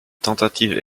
tentative